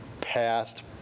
passed